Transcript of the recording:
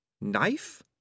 Knife